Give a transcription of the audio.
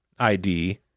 ID